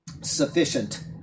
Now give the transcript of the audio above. sufficient